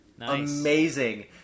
amazing